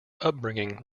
upbringing